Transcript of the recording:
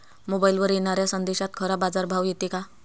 मोबाईलवर येनाऱ्या संदेशात खरा बाजारभाव येते का?